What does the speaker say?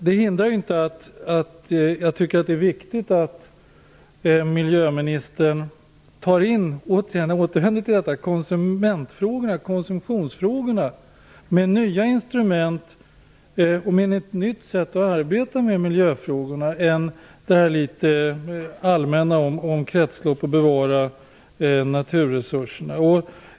Det hindrar inte att jag tycker att det är viktigt att miljöministern inkluderar konsumentfrågorna och konsumtionsfrågorna. Det behövs nya instrument och ett nytt sätt att arbeta med miljöfrågorna än att tala litet allmänt om kretsloppet och att bevara naturresurserna.